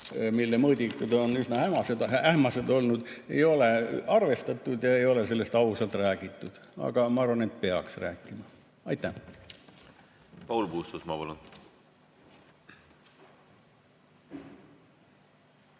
mille mõõdikud on üsna ähmased, ei ole arvestatud ja ei ole sellest ausalt räägitud. Aga ma arvan, et peaks rääkima. Aitäh! Paul Puustusmaa,